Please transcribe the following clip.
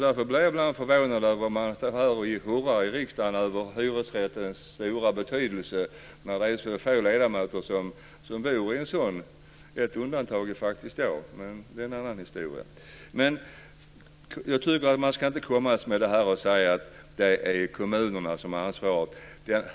Därför blir jag ibland förvånad över att man här i riksdagen hurrar för hyresrättens stora betydelse när det är så få ledamöter som bor i en sådan. Ett undantag är faktiskt jag, men det är en annan historia. Jag tycker inte att man ska säga att det är kommunerna som har ansvaret.